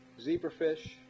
zebrafish